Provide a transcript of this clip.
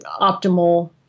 optimal